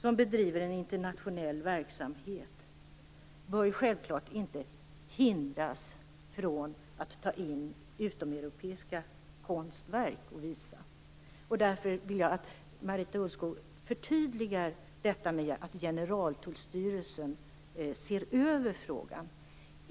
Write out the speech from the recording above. som bedriver internationell verksamhet, bör självklart inte hindras från att ta in utomeuropeiska konstverk för att visa dem. Därför vill jag att Marita Ulvskog förtydligar sitt uttalande om att Generaltullstyrelsen ser över frågan.